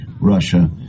Russia